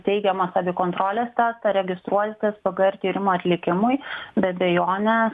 teigiamą savikontrolės testą registruotis pgr tyrimo atlikimui be abejonės